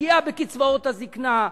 פגיעה בקצבאות הזיקנה,